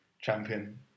champion